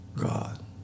God